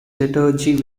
liturgy